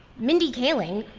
mindy kaling,